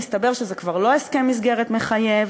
מסתבר שזה כבר לא הסכם מסגרת מחייב,